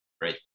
Great